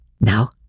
Now